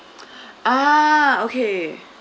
ah okay